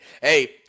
Hey